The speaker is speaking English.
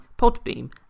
Podbeam